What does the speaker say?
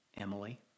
Emily